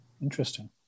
Interesting